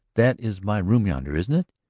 that is my room yonder, isn't it?